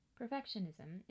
Perfectionism